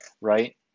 Right